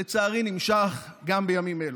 ולצערי נמשך גם בימים אלה.